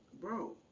Bro